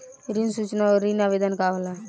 ऋण सूचना और ऋण आवेदन का होला?